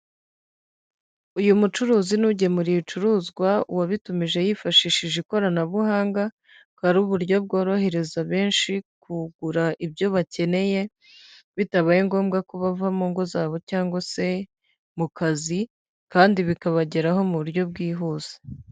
Uyu mucuruzi ni ugemura ibicuruzwa uwabitumije yifashishije ikoranabuhanga, bukaba ari uburyo bworohereza benshi kugura ibyo bakeneye, bitabaye ngombwa ko bava mu ngo zabo cyangwa se mu kazi, kandi bikabageraho mu buryo bwihuse.